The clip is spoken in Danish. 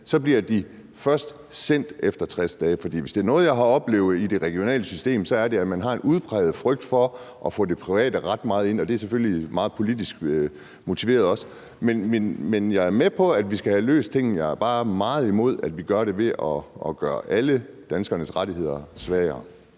bliver sendt videre efter 60 dage. For hvis der er noget, jeg har oplevet i det regionale system, så er det, at man har en udpræget frygt for at få det private meget ind, og det er selvfølgelig også meget politisk motiveret. Jeg er med på, at vi skal have løst tingene, men jeg er bare meget imod, at vi gør det ved at gøre alle danskernes rettigheder svagere.